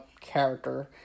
character